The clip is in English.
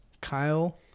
Kyle